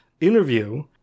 interview